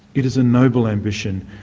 it is a noble ambition,